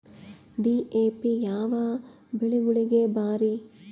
DAP ಯಾವ ಬೆಳಿಗೊಳಿಗ ಭಾರಿ?